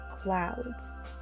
clouds